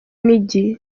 n’igihe